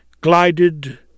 glided